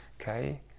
okay